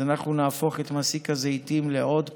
אז אנחנו נהפוך את מסיק הזיתים לעוד פורענות?